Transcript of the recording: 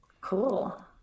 Cool